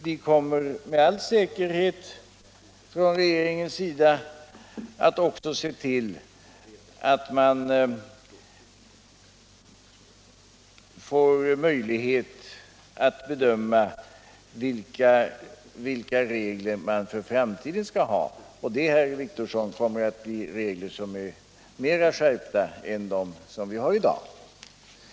Vi kommer med all säkerhet från regeringens sida att se till att vi får möjlighet att bedöma vilka regler vi skall ha i framtiden. De framtida reglerna kommer, herr Wictorsson, att bli strängare än de regler vi har i dag.